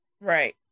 Right